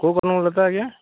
କେଉଁ କନକଲତା ଆଜ୍ଞା